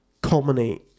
culminate